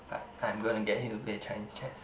I I'm going to get him to play Chinese chess